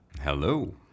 Hello